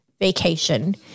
vacation